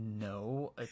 No